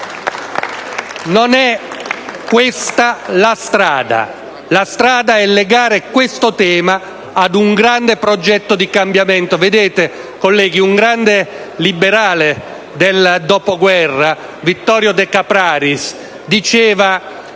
Non è questa la strada. La strada è legare questo tema ad un grande progetto di cambiamento. Colleghi, un grande liberale del dopoguerra, Vittorio De Caprariis, diceva